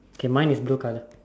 okay mine is blue colour